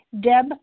Deb